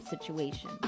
situation